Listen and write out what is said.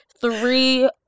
three